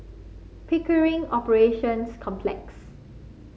Pickering Operations Complex